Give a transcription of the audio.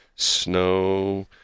Snow